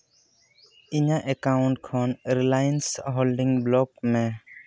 ᱤᱧᱟᱹᱜ ᱮᱠᱟᱣᱩᱱᱴ ᱠᱷᱚᱱ Reliance holding block ᱢᱮ